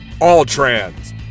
All-Trans